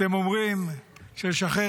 אתם אומרים שלשחרר